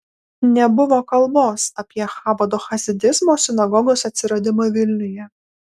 nebuvo kalbos apie chabado chasidizmo sinagogos atsiradimą vilniuje